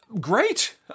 Great